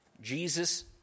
Jesus